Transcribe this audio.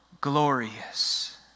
glorious